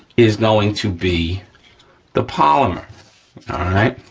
is going to be the polymer, all right?